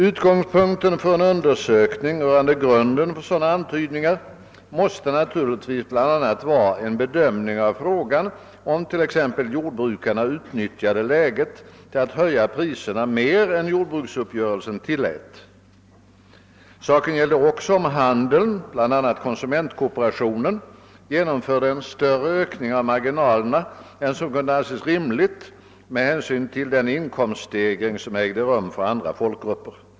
Utgångspunkten för en undersökning rörande grunden för sådana antydningar måste naturligtvis vara en bedömning av frågan huruvida t.ex. jordbrukarna utnyttjade läget till att höja priserna mer än jordbruksuppgörelsen tillät. Saken gäller också om handeln, bl.a. konsumentkooperationen, genomförde en större ökning av marginalerna än som kunde anses rimligt med hänsyn till den inkomststegring som ägde rum för andra folkgrupper.